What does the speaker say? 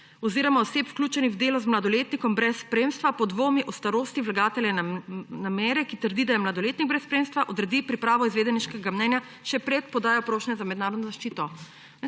oziroma oseb, vključenih v delo z mladoletnikom brez spremstva, podvomi o starosti vlagatelja namere, ki trdi, da je mladoletnik brez spremstva, odredi pripravo izvedeniškega mnenja še pred podajo prošnje za mednarodno zaščito.«